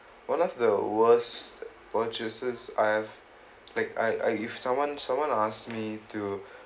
one of the worst purchases I've like I if someone someone ask me to